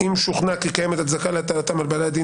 אם שוכנע כי קיימת הצדקה להטלתם על בעל דין